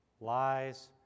Lies